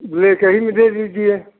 black ही में दे दीजिए